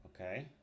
okay